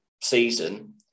season